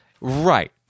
Right